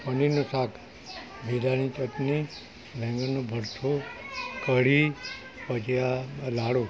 પનીરનું શાક જીરાની ચટણી રેંગણનું ભરથું કઢી ભજીયા લાડુ